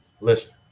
Listen